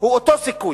הוא אותו סיכוי,